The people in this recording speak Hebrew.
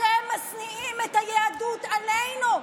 אתם משניאים את היהדות עלינו.